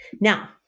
Now